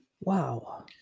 Wow